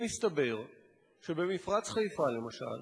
מסתבר שבמפרץ חיפה, למשל,